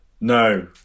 No